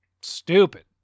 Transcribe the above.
Stupid